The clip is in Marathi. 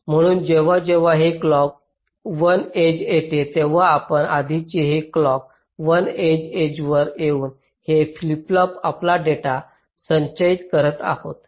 म्हणून जेव्हा जेव्हा हे क्लॉक 1 एज येते तेव्हा आपण आधीचे हे क्लॉक 1 एज एजवर येऊ हे फ्लिप फ्लॉप आपला डेटा संचयित करत आहोत